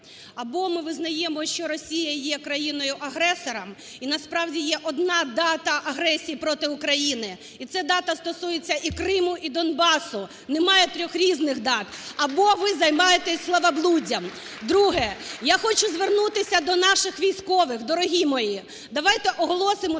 або ми визнаємо, що Росія є країною-агресором і, насправді, є одна дата агресії проти України, і це дата стосується і Криму, і Донбасу, немає трьох різних дат, або ви займаєтесь словоблуддям. Друге. Я хочу звернутися до наших військових. Дорогі мої, давайте оголосимо